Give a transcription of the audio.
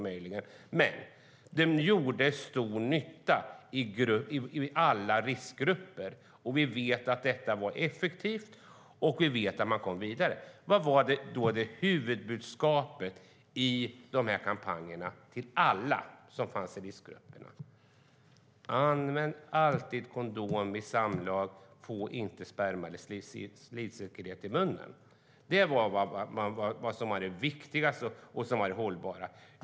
Kampanjerna gjorde stor nytta i alla riskgrupper. Vi vet att det var effektivt och att man kom vidare. Vad var då huvudbudskapet i de här kampanjerna till alla som var i riskgrupperna? Det var: Använd alltid kondom vid samlag, och få inte sperma eller slidsekret i munnen. Det var det viktigaste och det hållbara.